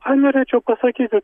ką norėčiau pasakyti